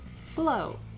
Flow